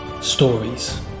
stories